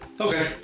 okay